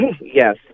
Yes